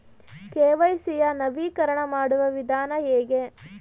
KYC ಯ ನವೀಕರಣ ಮಾಡುವ ವಿಧಾನ ಹೇಗೆ?